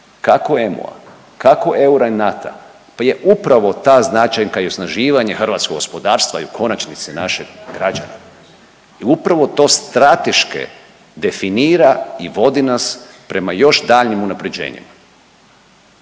kako eura i NATO-a pa je upravo ta značajka i osnaživanja hrvatskog gospodarstva i u konačnici naših građana. I upravo to strateške definira i vodi nas prema još daljnjim unapređenjima.